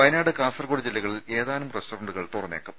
വയനാട് കാസർകോട് ജില്ലകളിൽ ഏതാനും റസ്റ്ററന്റുകൾ തുറന്നേക്കും